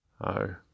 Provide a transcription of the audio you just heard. Oh